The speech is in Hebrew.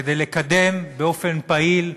כדי לקדם באופן פעיל,